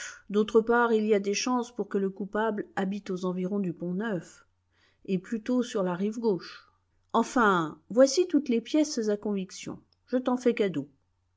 d'autre part il y a des chances pour que le coupable habite aux environs du pont-neuf et plutôt sur la rive gauche enfin voici toutes les pièces à conviction je t'en fais cadeau